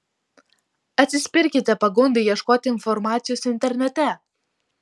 atsispirkite pagundai ieškoti informacijos internete